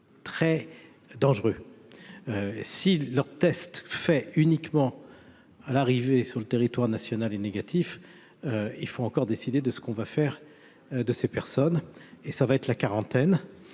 très dangereux si leur test fait uniquement à l'arrivée sur le territoire national est négatif, il faut encore décider de ce qu'on va faire de ces personnes et ça va être la quarantaine,